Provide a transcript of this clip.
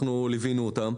אנחנו ליווינו אותם.